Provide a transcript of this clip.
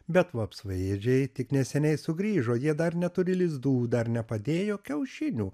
bet vapsvaėdžiai tik neseniai sugrįžo jie dar neturi lizdų dar nepadėjo kiaušinių